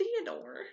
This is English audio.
Theodore